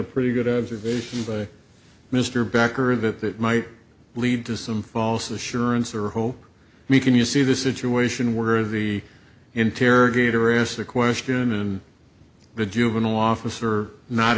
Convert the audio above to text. pretty good observation mr becker that that might lead to some false assurance or whole me can you see the situation where the interrogator asked the question and the juvenile officer not